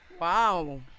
Wow